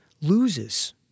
loses